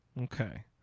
Okay